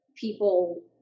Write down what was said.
people